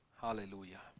Hallelujah